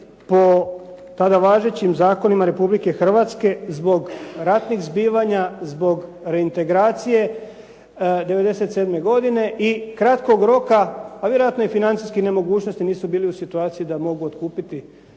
po tada važećim zakonima Republike Hrvatske zbog ratnih zbivanja, zbog reintegracije '97. godine i kratkog roka, a vjerojatno i financijskih nemogućnosti nisu bili u situaciji da mogu otkupiti